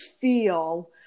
feel